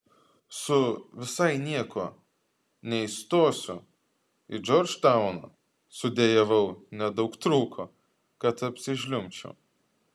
su visai nieko neįstosiu į džordžtauną sudejavau nedaug trūko kad apsižliumbčiau